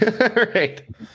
Right